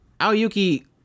Aoyuki